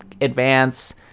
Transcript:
Advance